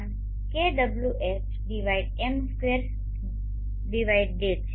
54 kWhm2day છે